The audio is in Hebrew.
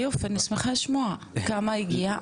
יופי אני שמחה לשמוע, כמה הגיע?